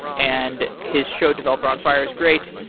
and his show developer on fire is great.